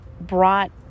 brought